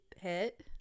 hit